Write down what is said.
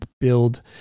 build